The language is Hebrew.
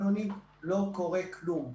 אדוני לא קורה כלום.